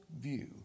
view